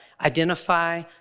identify